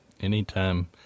Anytime